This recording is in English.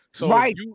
Right